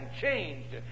changed